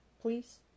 please